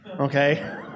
okay